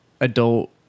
adult